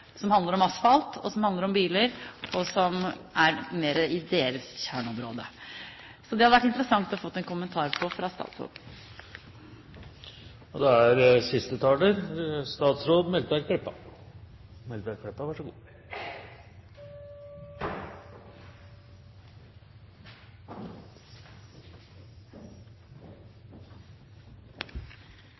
handler om asfalt, og det som handler om biler, og som er mer i deres kjerneområde? Det hadde det vært interessant å få en kommentar på fra statsråden.